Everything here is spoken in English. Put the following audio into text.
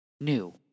new